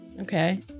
Okay